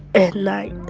at night.